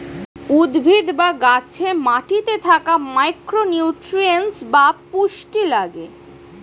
উদ্ভিদ বা গাছে মাটিতে থাকা মাইক্রো নিউট্রিয়েন্টস বা পুষ্টি লাগে